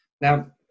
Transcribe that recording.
Now